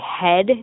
head